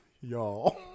y'all